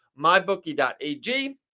Mybookie.ag